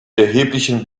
erheblichen